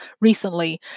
recently